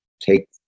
take